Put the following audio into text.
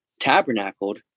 tabernacled